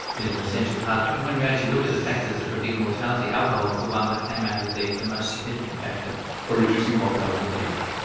is an essential part of it. and when you actually look at the factors that predict mortality, alcohol is the one that came out as the the most significant factor. for reducing mortality? yes.